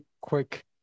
quick